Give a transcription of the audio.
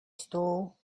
stole